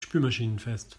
spülmaschinenfest